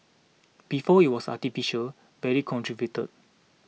before it was artificial very contrived